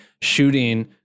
shooting